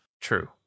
True